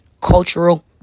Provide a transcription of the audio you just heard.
cultural